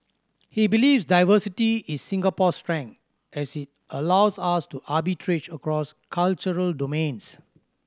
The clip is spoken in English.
he believes diversity is Singapore's strength as it allows us to arbitrage across cultural domains